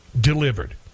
delivered